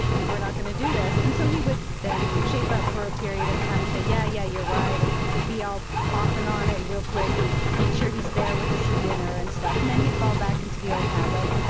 we're not going to do this. and so he would then shape up for a period of time and say, yeah, yeah you're right and be off off and on it real quick and make sure he's there with us at dinner and stuff, and then he'd fall back into the old habit.